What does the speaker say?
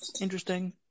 Interesting